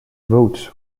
votes